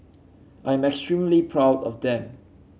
I'm I extremely proud of them